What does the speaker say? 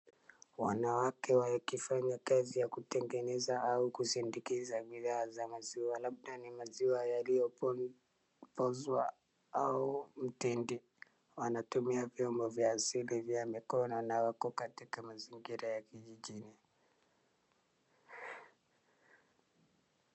Wanawake wakifanya kazi ya kutengeneza au kusindikiza bidhaa za maziwa. Labda ni maziwa yaliyopozwa au mtindi. Wanatumia vyombo vya asili vya mikono na wako katika mazingira ya kijijini.